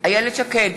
איילת שקד,